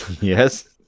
Yes